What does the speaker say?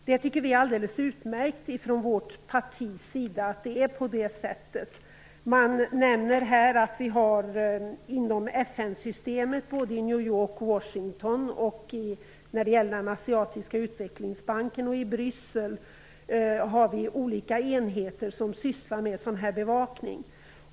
Det tycker vårt parti är alldeles utmärkt. Man nämner att vi inom FN-systemet, i New York och Bryssel, har olika enheter som sysslar med sådan bevakning.